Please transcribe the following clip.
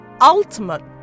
ultimate